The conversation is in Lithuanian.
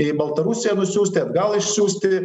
į baltarusiją nusiųsti atgal išsiųsti